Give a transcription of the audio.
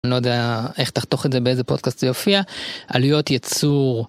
לא יודע איך תחתוך את זה באיזה פודקאסט זה יופיע, עלויות ייצור